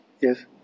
Yes